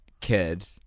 kid